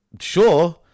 sure